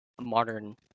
modern